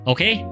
Okay